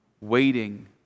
waiting